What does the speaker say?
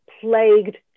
plagued